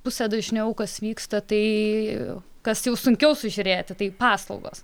pusė dažniau kas vyksta tai kas jau sunkiau sužiūrėti tai paslaugos